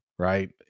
Right